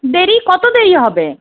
দেরি কত দেরি হবে